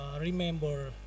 remember